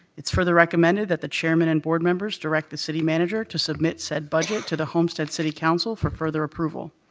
it's further recommended that the chairman and board members direct the city manager to submit said budget to the homestead city council for further approval.